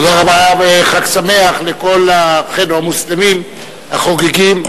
תודה רבה וחג שמח לכל אחינו המוסלמים החוגגים.